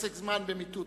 פסק זמן, במטותא.